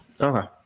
Okay